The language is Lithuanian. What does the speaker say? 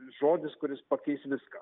žodis kuris pakeis viską